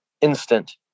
instant